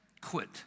quit